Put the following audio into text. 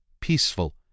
peaceful